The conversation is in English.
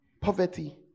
Poverty